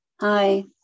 hi